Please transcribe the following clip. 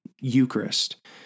Eucharist